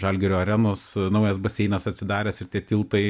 žalgirio arenos naujas baseinas atsidaręs ir tie tiltai